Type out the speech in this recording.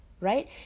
right